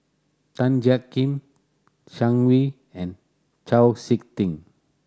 Tan Jiak Kim Zhang Hui and Chau Sik Ting